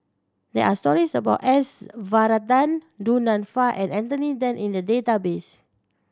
there are stories about S Varathan Du Nanfa and Anthony Then in the database